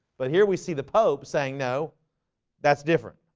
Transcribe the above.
but here we see the pope saying no that's different